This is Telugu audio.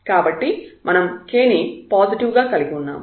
కాబట్టి మనం k ని పాజిటివ్ గా కలిగి ఉన్నాము